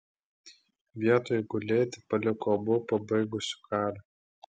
vietoj gulėti paliko abu pabaigusiu karą